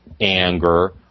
anger